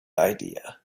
idea